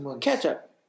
Ketchup